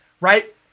right